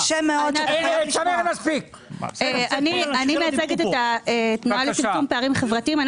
אני מייצגת את התנועה לצמצום פערים חברתיים.